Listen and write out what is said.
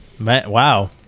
Wow